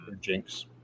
jinx